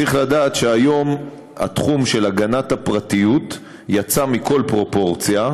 צריך לדעת שהיום התחום של הגנת הפרטיות יצא מכל פרופורציה,